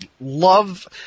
love